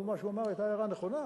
מה שהוא אמר היתה הערה נכונה,